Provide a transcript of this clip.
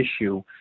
issue